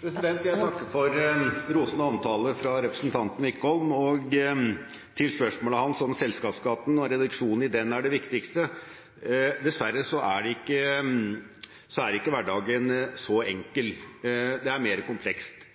Jeg takker for rosende omtale fra representanten Wickholm. Til spørsmålet om selskapsskatt og om reduksjoner i den er det viktigste, er svaret at dessverre er ikke hverdagen så enkel, dette er mer komplekst.